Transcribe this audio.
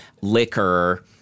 liquor-